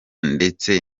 ndetse